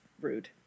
Rude